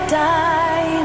die